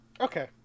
okay